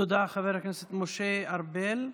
תודה, חבר הכנסת משה ארבל.